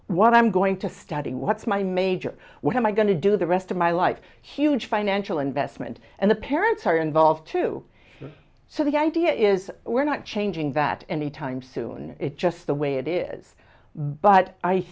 what i'm going to study what's my major what am i going to do the rest of my life huge financial investment and the parents are involved too so the idea is we're not changing that anytime soon it's just the way it is but i